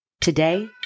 today